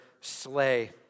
slay